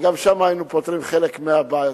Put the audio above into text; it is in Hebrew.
וגם שם היינו פותרים חלק מהבעיות.